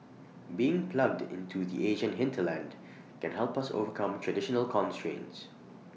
being plugged into the Asian hinterland can help us overcome traditional constraints